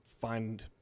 find